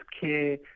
care